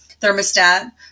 Thermostat